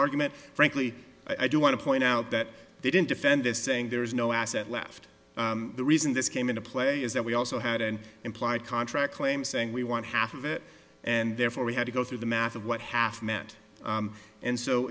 argument frankly i do want to point out that they didn't defend this saying there is no asset left the reason this came into play is that we also had an implied contract claim saying we want half of it and therefore we had to go through the math of what half meant and so